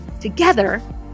together